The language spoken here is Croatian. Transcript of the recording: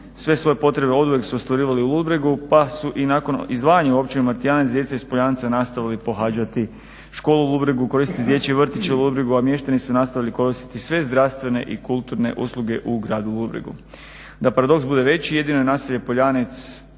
sve svoje potrebe oduvijek su ostvarivali u Ludbregu, pa su i nakon izdvajanje u Općinu Martijanec, djeca iz Poljanca nastavili pohađati školu u Ludbregu, koristiti dječji vrtić u Ludbregu, a mještani su nastavili koristiti sve zdravstvene i kulturne usluge u Gradu Ludbregu. Da paradoks bude veći, jedino naselje Poljanec